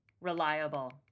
Reliable